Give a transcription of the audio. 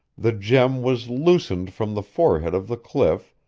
the gem was loosened from the forehead of the cliff,